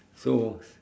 so